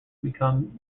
become